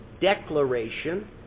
declaration